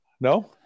No